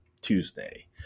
tuesday